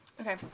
Okay